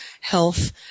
health